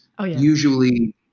usually